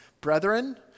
Brethren